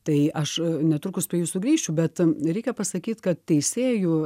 tai aš netrukus prie jų sugrįšiu bet reikia pasakyt kad teisėjų